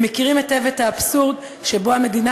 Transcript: הם מכירים היטב את האבסורד שבו המדינה